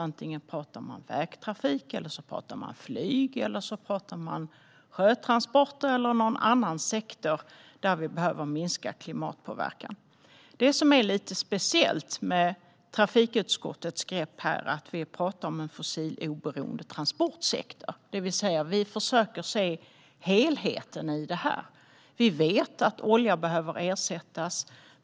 Antingen talar man om vägtrafik, flyg, sjötransporter eller om någon annan sektor där vi behöver minska klimatpåverkan. Det som är lite speciellt med trafikutskottets grepp här är att vi talar om en fossiloberoende transportsektor. Vi försöker se helheten i det. Vi vet att olja behöver ersättas.